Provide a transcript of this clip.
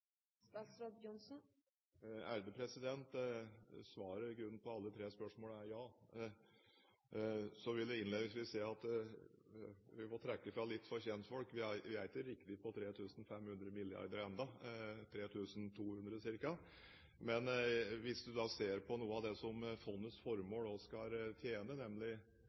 Svaret på alle tre spørsmålene er i grunnen ja. Så vil jeg innledningsvis si at vi får trekke fra litt for kjentfolk: Vi er ikke riktig på 3 500 mrd. kr ennå, men ca. 3 200. Men hvis en ser på det som fondets formål også skal tjene, nemlig